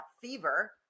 fever